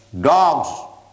dogs